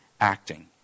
acting